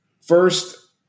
First